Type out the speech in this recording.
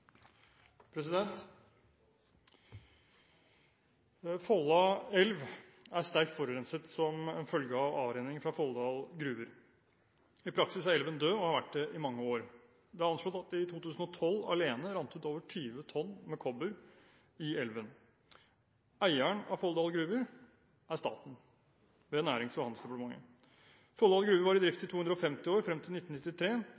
Folldal Gruver. I praksis er elven død og har vært det i mange år. Det er anslått at det i 2012 alene rant ut over 20 tonn med kobber i elven. Eieren av Folldal Gruver er staten ved Nærings- og handelsdepartementet. Folldal Gruver var i drift